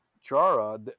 Chara